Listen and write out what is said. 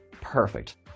perfect